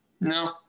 No